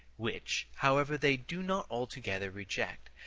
which, however, they do not altogether reject,